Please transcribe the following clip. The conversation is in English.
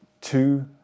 two